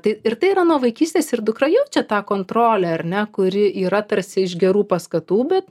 tai ir tai yra nuo vaikystės ir dukra jaučia tą kontrolę ar ne kuri yra tarsi iš gerų paskatų bet